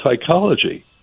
psychology